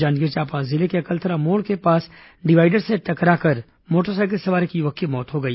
जांजगीर चांपा जिले के अकलतरा मोड़ के पास डिवाईडर से टकरा कर मोटर सायकल सवार एक युवक की मौत हो गई